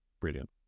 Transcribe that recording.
Brilliant